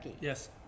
Yes